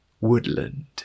woodland